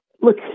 look